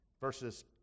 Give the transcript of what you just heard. verses